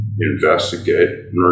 investigate